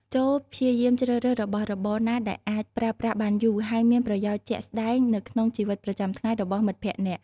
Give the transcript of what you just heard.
ចូរព្យាយាមជ្រើសរើសរបស់របរណាដែលអាច ប្រើប្រាស់បានយូរ ហើយមានប្រយោជន៍ជាក់ស្តែងនៅក្នុងជីវិតប្រចាំថ្ងៃរបស់មិត្តភក្តិអ្នក។